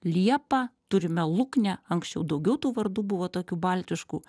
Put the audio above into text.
liepą turime luknę anksčiau daugiau tų vardų buvo tokių baltiškų